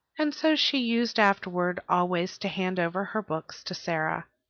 and so she used afterward always to hand over her books to sara,